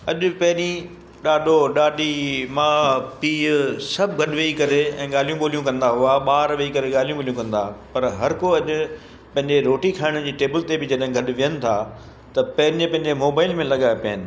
अॼु पहिरीं ॾाॾो ॾाॾी मां पीउ सभु गॾु वेही करे ऐं ॻाल्हियूं ॿोलियूं कंदा हुआ ॿार वेही करे ऐं ॻाल्हियूं ॿोलियूं कंदा हुआ पर हर को अॼु पंहिंजी रोटी खाइण जी टेबल ते बि जॾहिं गॾु वियनि था त पंहिंजे पंहिंजे मोबाइल में लॻा पिया आहिनि